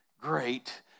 great